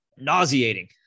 nauseating